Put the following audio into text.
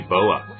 Boa